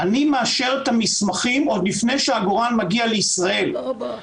אני מאשר את המסמכים עוד לפני שהעגורן מגיע לישראל -- תודה רבה.